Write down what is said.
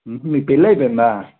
మీకు పెళ్ళి అయిందా అమ్మ